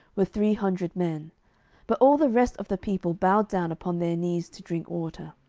were three hundred men but all the rest of the people bowed down upon their knees to drink water.